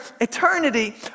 eternity